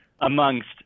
amongst